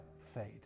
fade